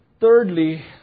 Thirdly